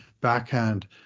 backhand